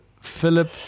Philip